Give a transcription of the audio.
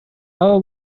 اما